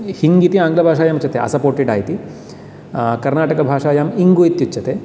हिङ्ग् इति आङ्गलभाषायाम् उच्यते असपोटिडा इति कर्णाटकभाषायाम् इङ्गु इत्युच्यते